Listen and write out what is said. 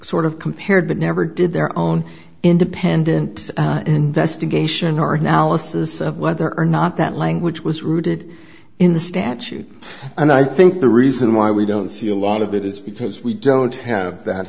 sort of compared but never did their own independent investigation or analysis of whether or not that language was rooted in the statute and i think the reason why we don't see a lot of it is because we don't have that